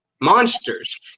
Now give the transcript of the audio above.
monsters